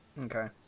Okay